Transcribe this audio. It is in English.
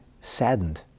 saddened